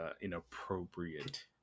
inappropriate